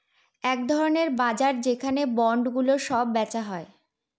এক ধরনের বাজার যেখানে বন্ডগুলো সব বেচা হয়